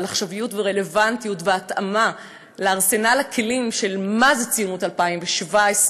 על עכשוויות ורלוונטיות והתאמה לארסנל הכלים של מה זה ציונות ב-2017,